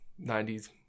90s